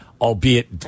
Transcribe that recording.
albeit